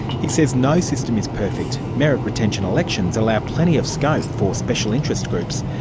he says no system is perfect, merit retention elections allow plenty of scope for special interest groups,